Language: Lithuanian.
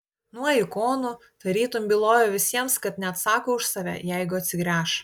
nuo ikonų tarytum bylojo visiems kad neatsako už save jeigu atsigręš